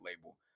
label